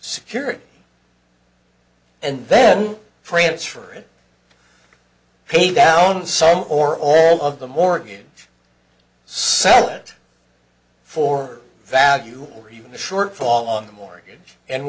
security and then prints for it pay down some or all of the mortgage sell it for value or even a short fall on the mortgage and